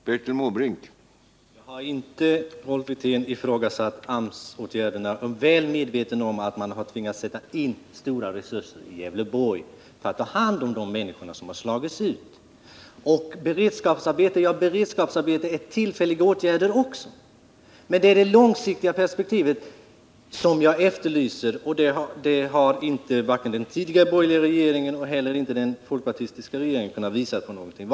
Herr talman! Jag har inte, Rolf Wirtén, ifrågasatt AMS-åtgärderna. Jag är väl medveten om att man tvingats sätta in stora resurser i Gävleborg för att ta hand om de människor som har slagits ut. Beredskapsarbeten är också tillfälliga åtgärder. Det är det långsiktiga perspektivet jag efterlyser. Där har varken den tidigare borgerliga regeringen eller den folkpartistiska regeringen kunnat visa på någonting.